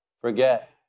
forget